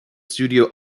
studio